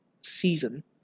season